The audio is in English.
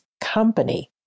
company